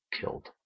killed